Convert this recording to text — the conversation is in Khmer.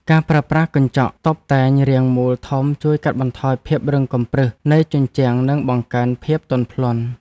ការប្រើប្រាស់កញ្ចក់តុបតែងរាងមូលធំជួយកាត់បន្ថយភាពរឹងកំព្រឹសនៃជញ្ជាំងនិងបង្កើនភាពទន់ភ្លន់។